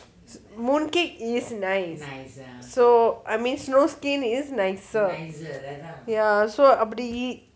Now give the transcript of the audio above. mooncake is nice so I mean snow skin is nicer ya so அது:athu